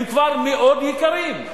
הם כבר מאוד יקרים.